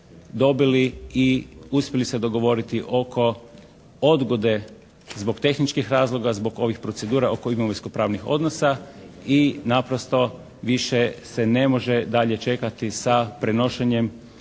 dobili i uspjeli se dogovoriti oko odgode zbog tehničkih razloga zbog ovih procedura oko imovinskopravnih odnosa i naprosto više se ne može dalje čekati sa prenošenjem